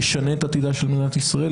ישנה את עתידה של מדינת ישראל,